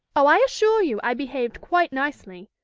oh, i assure you i behaved quite nicely.